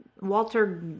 Walter